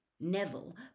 Neville